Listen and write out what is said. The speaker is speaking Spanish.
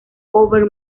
over